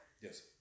Yes